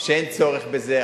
שאין צורך בזה.